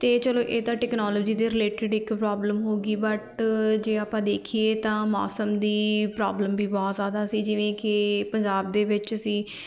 ਅਤੇ ਚੱਲੋ ਇਹ ਤਾਂ ਟੈਕਨੋਲੋਜੀ ਦੇ ਰਿਲੇਟਡ ਇੱਕ ਪ੍ਰੋਬਲਮ ਹੋ ਗਈ ਬਟ ਜੇ ਆਪਾਂ ਦੇਖੀਏ ਤਾਂ ਮੌਸਮ ਦੀ ਪ੍ਰੋਬਲਮ ਵੀ ਬਹੁਤ ਜ਼ਿਆਦਾ ਸੀ ਜਿਵੇਂ ਕਿ ਪੰਜਾਬ ਦੇ ਵਿੱਚ ਸੀ